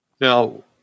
Now